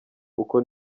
uko